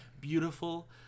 beautiful